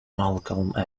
malcolm